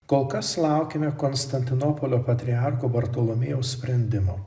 kol kas laukiame konstantinopolio patriarcho bartolomėjeus sprendimo